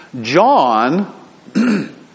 John